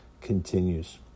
continues